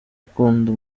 akunda